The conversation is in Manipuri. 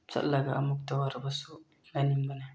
ꯆꯠꯂꯒ ꯑꯃꯨꯛꯇ ꯑꯣꯏꯔꯕꯁꯨ ꯂꯩꯅꯤꯡꯕꯅꯦ